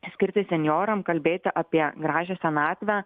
skirti senjoram kalbėti apie gražią senatvę